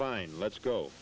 fine let's go